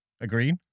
Agreed